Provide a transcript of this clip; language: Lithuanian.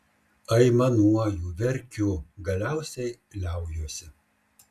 aimanuoju verkiu galiausiai liaujuosi